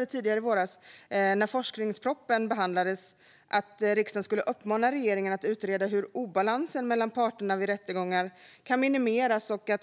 tidigare i våras, när forskningspropositionen behandlades, att riksdagen skulle uppmana regeringen att utreda hur obalansen mellan parterna vid rättegångar kan minimeras.